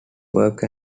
work